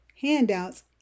handouts